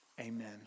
Amen